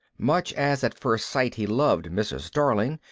much as at first sight he loved mrs. darling,